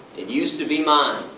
it used to be mine.